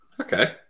okay